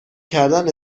کردن